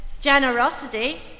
generosity